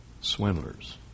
swindlers